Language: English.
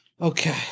Okay